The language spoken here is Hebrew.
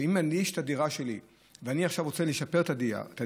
אם לי יש דירה שלי ואני עכשיו רוצה עכשיו לשפר את הדיור,